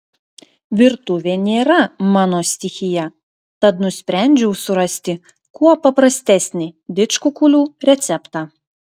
virtuvė nėra mano stichija tad nusprendžiau surasti kuo paprastesnį didžkukulių receptą